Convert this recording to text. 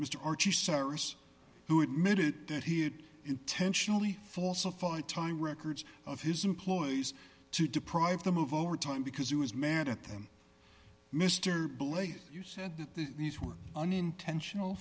mr archie cyrus who admitted that he had intentionally falsified time records of his employees to deprive them of overtime because he was mad at them mr blake you said that these were unintentional